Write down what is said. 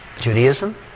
Judaism